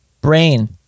brain